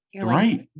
Right